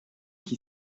qui